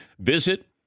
Visit